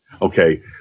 Okay